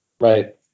Right